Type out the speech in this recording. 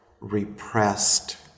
repressed